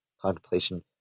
contemplation